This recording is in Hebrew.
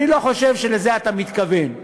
אני לא חושב שלזה אתה מתכוון.